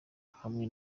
hamwe